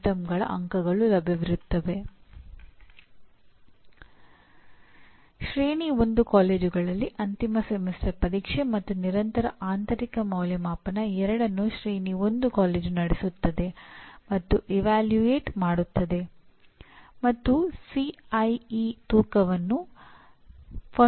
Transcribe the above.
ಎರಡು ಅಥವಾ ಮೂರು ಅಧ್ಯಾಪಕರಿಗೆ ತಮ್ಮ ಪಠ್ಯಕ್ರಮದ ಪರಿಣಾಮಗಳನ್ನು ಬರೆಯಲು ವಿನಂತಿಸಿದಾಗಲೆಲ್ಲಾ ಅವರಲ್ಲಿ ಅಪಾರ ಪ್ರಮಾಣದ ಚರ್ಚೆಗಳು ನಡೆದಿವೆ ಮತ್ತು ಖಂಡಿತವಾಗಿಯೂ ಅದರ ಪರಿಣಾಮವಾಗಿ ಹೆಚ್ಚು ಉತ್ತಮವಾದ ಪರಿಣಾಮಗಳು ಉಂಟಾಗುತ್ತವೆ